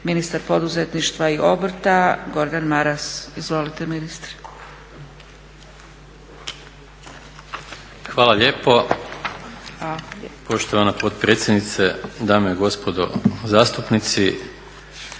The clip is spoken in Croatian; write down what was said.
ministar poduzetništva i obrta Gordan Maras. Izvolite ministre. **Maras, Gordan (SDP)** Hvala lijepo poštovana potpredsjednice, dame i gospodo zastupnici.